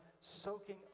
soaking